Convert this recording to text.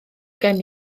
gen